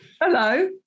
Hello